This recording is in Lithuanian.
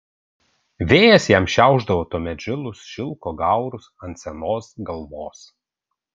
vėjas jam šiaušdavo tuomet žilus šilko gaurus ant senos galvos